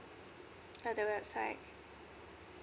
at the website